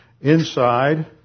Inside